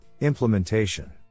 implementation